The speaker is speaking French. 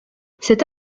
cette